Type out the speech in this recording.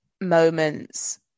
moments